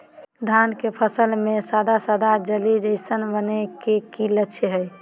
धान के फसल में सादा सादा जाली जईसन बने के कि लक्षण हय?